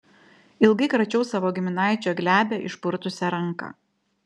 ilgai kračiau savo giminaičio glebią išpurtusią ranką